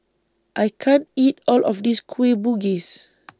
I can't eat All of This Kueh Bugis